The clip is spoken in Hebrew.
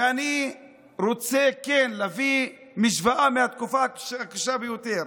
ואני כן רוצה להביא משוואה מהתקופה הקשה ביותר.